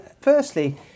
firstly